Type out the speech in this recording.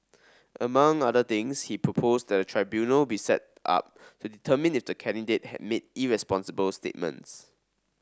among other things he proposed that tribunal be set up determine if the candidate has made irresponsible statements